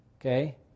okay